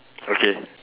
okay